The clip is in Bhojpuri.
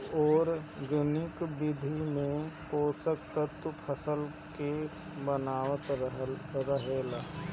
आर्गेनिक विधि में पोषक तत्व फसल के बनल रहेला